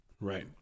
Right